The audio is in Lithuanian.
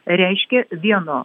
reiškia vieno